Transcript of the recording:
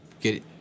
get